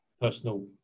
personal